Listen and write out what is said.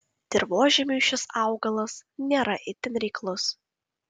dirvožemiui šis augalas nėra itin reiklus